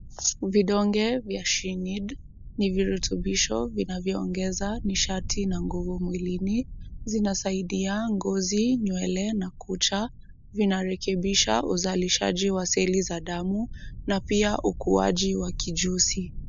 Vidonge vya SHENEED ni virutubisho vinavyoongeza nishati na nguvu mwilini. Vinasaidia ngozi, nywele na kucha. Vinarekebisha uzalishaji wa seli za damu na pia ukuaji wa kijusi.